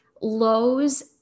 Lowe's